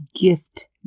gift